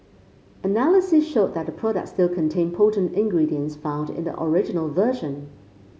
analysis showed that the products still contained potent ingredients found in the original version